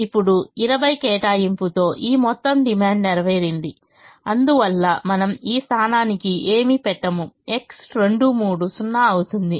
ఇప్పుడు 20 కేటాయింపుతో ఈ మొత్తం డిమాండ్ నెరవేరింది అందువల్ల మనము ఈ స్థానానికి ఏమీ పెట్టము X23 0 అవుతుంది